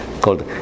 Called